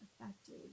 affected